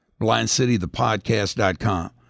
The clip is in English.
blindcitythepodcast.com